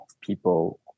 people